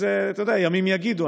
אז אתה יודע, ימים יגידו.